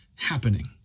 happening